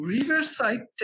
Riverside